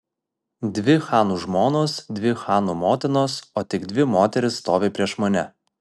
dvi chanų žmonos dvi chanų motinos o tik dvi moterys stovi prieš mane